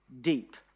deep